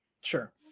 Sure